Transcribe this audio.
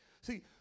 See